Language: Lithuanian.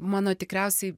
mano tikriausiai